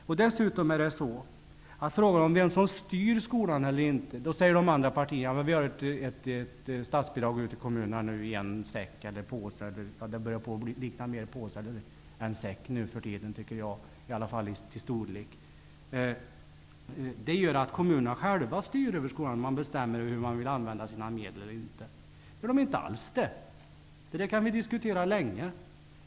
När det gäller frågan om vem som styr skolan eller inte, säger de andra partierna att det finns ett statsbidrag ute i kommunerna i en säck eller en påse -- jag tycker att det nu för tiden börjar likna mer en påse än en säck, i alla fall när det gäller storleken. Det gör att kommunerna själva styr över skolan och bestämmer hur de skall använda sina medel. Det gör de inte alls. Detta kan vi diskutera länge.